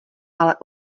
ale